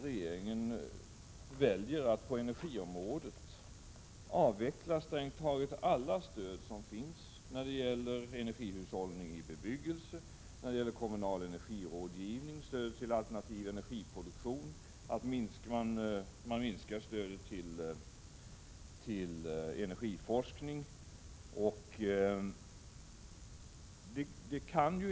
Regeringen väljer att avveckla strängt taget alla stöd som finns på energiområdet, när det gäller energihushållning i bebyggelse, kommunal energirådgivning och alternativ energiproduktion samt att minska stödet till energiforskning.